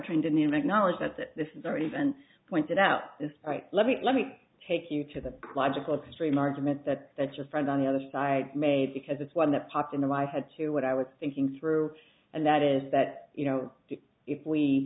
trained in the make knowledge that this is already been pointed out this right let me let me take you to the logical extreme argument that that your friend on the other side made because it's one that popped into my head to what i was thinking through and that is that you know if we